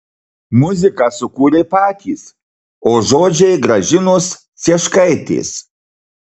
muziką sukūrė patys o žodžiai gražinos cieškaitės